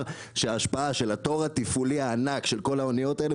שההשפעה של התור התפעולי הענק של כל האוניות האלה,